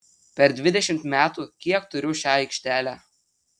per dvidešimt metų kiek turiu šią aikštelę